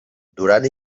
durant